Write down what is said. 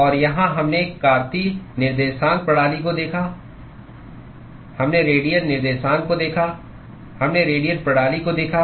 और यहाँ हमने कार्तीय निर्देशांक प्रणाली को देखा हमने रेडियल निर्देशांक को देखा हमने रेडियल प्रणाली को देखा